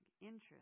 interest